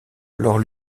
alors